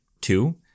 Two